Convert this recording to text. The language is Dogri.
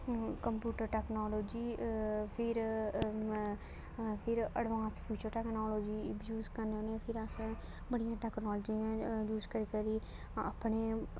कंप्यूटर टेक्नोलॉजी फिर फिर एडवांस फ्यूचर टेक्नोलॉजी बी यूज़ करने होन्ने फिर अस बड़ियां टेक्नोलॉजियां यूज़ करी करी अपने